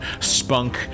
Spunk